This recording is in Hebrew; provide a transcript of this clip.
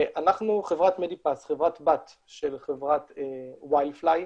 אנחנו חברת מדיפס, חברת בת של חברת ווייל פליי,